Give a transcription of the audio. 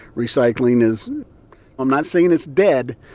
recycling is i'm not saying it's dead,